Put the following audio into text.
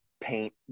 paint